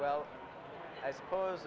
well i suppose